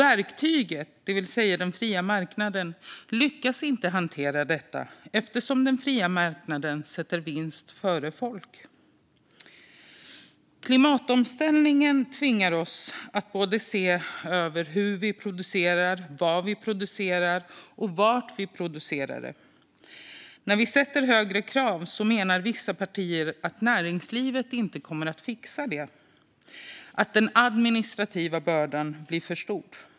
Verktyget, det vill säga den fria marknaden, lyckas inte hantera detta eftersom den fria marknaden sätter vinst framför folk. Klimatomställningen tvingar oss att se över hur vi producerar, vad vi producerar och var vi producerar det. När vi ställer högre krav menar vissa partier att näringslivet inte kommer att fixa det och att den administrativa bördan blir för stor.